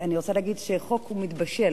אני רוצה להגיד שחוק, הוא מתבשל.